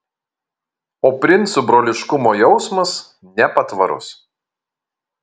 o princų broliškumo jausmas nepatvarus